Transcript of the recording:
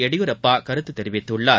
எடியூரப்பா கருத்து தெரிவித்து உள்ளார்